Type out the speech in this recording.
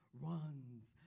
Runs